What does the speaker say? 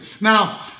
Now